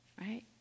right